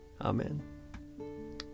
Amen